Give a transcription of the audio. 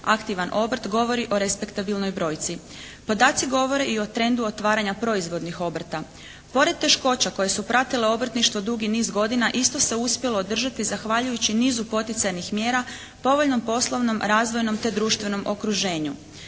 aktivan obrt govori o respektabilnoj brojci. Podaci govore i o trendu otvaranja proizvodnih obrta. Pored teškoća koje su pratile obrtništvo dugi niz godina isto se uspjelo održati zahvaljujući nizu poticajnih mjera, povoljnom poslovnom razvojnom te društvenom okruženju.